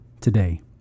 today